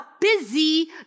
busy